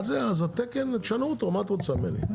אז תשנו את התקן, מה את רוצה ממני?